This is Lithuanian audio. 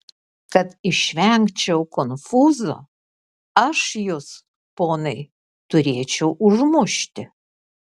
kad išvengčiau konfūzo aš jus ponai turėčiau užmušti